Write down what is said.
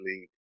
league